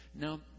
Now